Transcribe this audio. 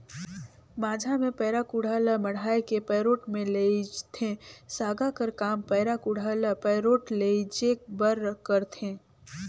माझा मे पैरा कुढ़ा ल मढ़ाए के पैरोठ मे लेइजथे, सागा कर काम पैरा कुढ़ा ल पैरोठ लेइजे बर करथे